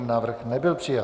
Návrh nebyl přijat.